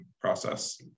process